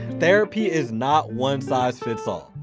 therapy is not one size fits all.